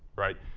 right?